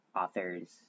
authors